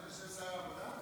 בשם שר העבודה?